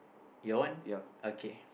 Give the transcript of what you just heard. your one okay